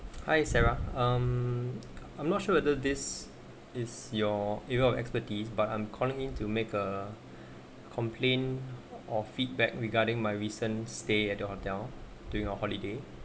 hi sarah um I'm not sure whether this is your area of expertise but I'm calling in to make a complain or feedback regarding my recent stay at the hotel during our holiday